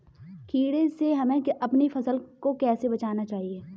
कीड़े से हमें अपनी फसल को कैसे बचाना चाहिए?